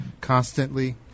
constantly